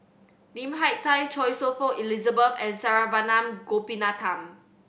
Lim Hak Tai Choy Su Moi Elizabeth and Saravanan Gopinathan